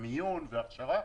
ומיון והכשרה.